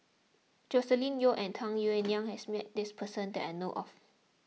Joscelin Yeo and Tung Yue Nang has met this person that I know of